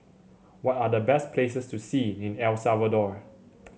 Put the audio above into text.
what are the best places to see in El Salvador